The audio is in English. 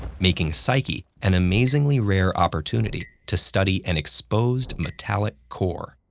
making psyche an amazingly rare opportunity to study an exposed metallic core.